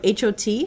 HOT